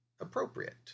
appropriate